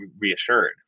reassured